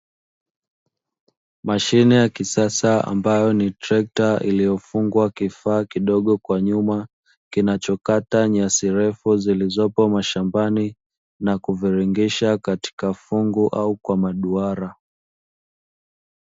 Mashine ya kisasa ambayo ni trekta lililofungwa kifaa kidogo kwa nyuma kinachokata nyasi refu zilizopo mashambani na kuviringisha katika fungu au kwa mduara.